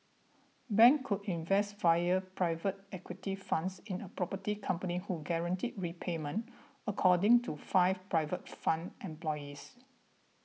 banks could invest via private equity funds in a property companies who guaranteed repayment according to five private fund employees